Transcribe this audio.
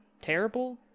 terrible